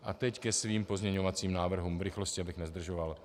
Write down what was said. A teď ke svým pozměňovacím návrhům, v rychlosti, abych nezdržoval.